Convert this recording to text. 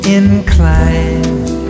inclined